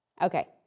Okay